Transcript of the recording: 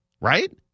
right